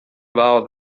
about